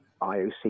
IOC